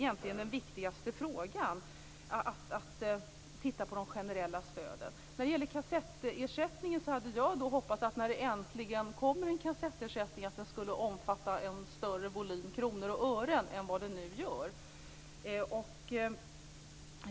Men den viktigaste frågan är egentligen denna, att se över de generella stöden. När det nu äntligen kommer en kassettersättning hade jag hoppats att den skulle omfatta en större volym kronor och ören än vad den nu gör.